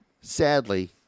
Sadly